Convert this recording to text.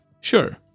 sure